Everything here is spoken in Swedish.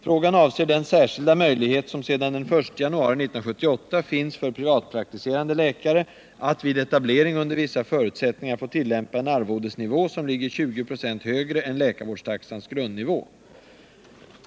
Frågan avser den särskilda möjlighet som sedan den 1 januari 1978 finns för privatpraktiserande läkare att vid etablering under vissa förutsättningar få tillämpa en arvodesnivå som ligger 20 96 högre än läkarvårdstaxans grundnivå.